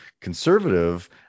conservative